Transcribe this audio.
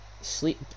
sleep